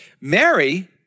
Mary